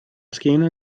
schiena